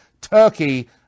TURKEY